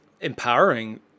empowering